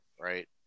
right